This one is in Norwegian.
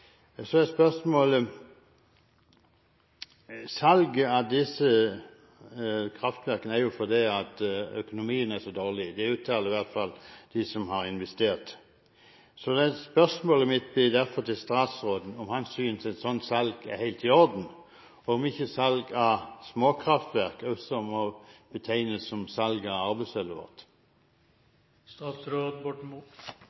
så dårlig, det uttaler iallfall de som har investert. Så mine spørsmål til statsråden blir derfor: Synes han et slikt salg er helt i orden? Og: Kan ikke salg av småkraftverk også betegnes som salg av